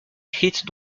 écrites